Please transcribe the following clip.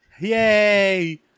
Yay